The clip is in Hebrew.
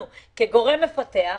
אנחנו, כגורם מקפח,